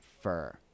fur